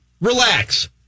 Relax